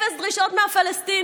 אפס דרישות מהפלסטינים,